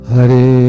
Hare